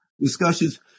discussions